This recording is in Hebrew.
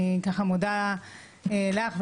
אני מודה לך,